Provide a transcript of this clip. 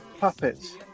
puppets